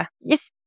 Yes